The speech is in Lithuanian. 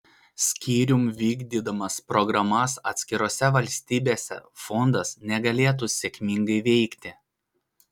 skyrium vykdydamas programas atskirose valstybėse fondas negalėtų sėkmingai veikti